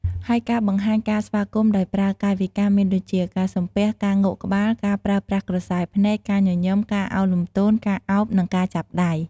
ហើយការបង្ហាញការស្វាគមន៍ដោយប្រើកាយវិការ មានដូចជា ការសំពះ ការងក់ក្បាល ការប្រើប្រាស់ក្រសែភ្នែក ការញញឹម ការឱនលំទោន ការឱប និងការចាប់ដៃ។